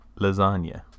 lasagna